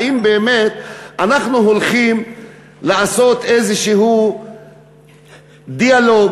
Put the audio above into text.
האם באמת אנחנו הולכים לעשות איזשהו דיאלוג